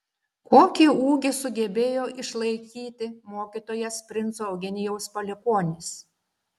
kokį ūgį sugebėjo išlaikyti mokytojas princo eugenijaus palikuonis